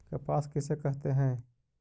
कपास किसे कहते हैं?